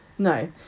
No